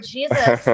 Jesus